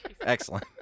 Excellent